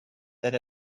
that